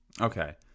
Okay